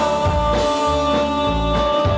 oh